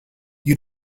you